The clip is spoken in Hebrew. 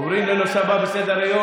אנחנו עוברים לנושא הבא על סדר-היום,